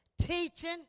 teaching